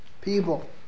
people